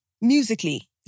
musically